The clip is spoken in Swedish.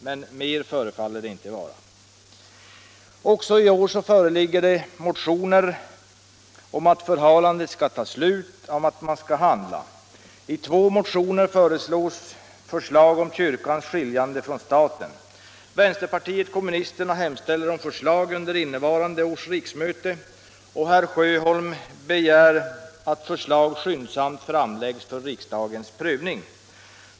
Men mer förefaller det inte vara. Även i år föreligger motioner om att förhalandet skall ta slut och att man skall handla. I två motioner framläggs förslag om kyrkans skiljande från staten. Vänsterpartiet kommunisterna hemställer om förslag under innevarande års riksmöte, och herr Sjöholm begär att förslag skyndsamt framläggs för riksdagens prövning.